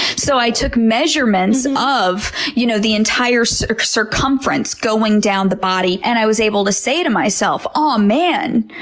so i took measurements of you know the entire so circumference going down the body and i was able to say to myself, aw man,